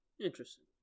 Interesting